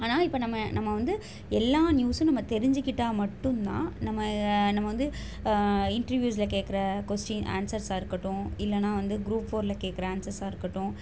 ஆனால் இப்போ நம்ம நம்ம வந்து எல்லா நியூஸ்ஸும் நம்ம தெரிஞ்சிக்கிட்டால் மட்டுந்தான் நம்ம நம்ம வந்து இன்ட்ரிவியூஸ்ல கேட்குற கொஸ்டின் ஆன்சர்ஸ்ஸாக இருக்கட்டும் இல்லைன்னா வந்து க்ரூப் ஃபோர்ல கேட்குற ஆன்சர்ஸ்ஸாக இருக்கட்டும்